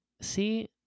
See